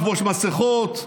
לחבוש מסכות,